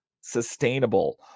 sustainable